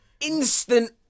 instant